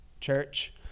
church